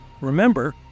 Remember